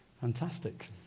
Fantastic